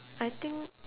I think